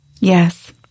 Yes